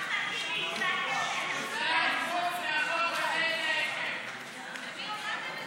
ההצעה להעביר את הצעת חוק מעמדן של ההסתדרות